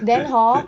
then hor